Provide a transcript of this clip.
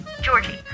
Georgie